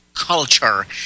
Culture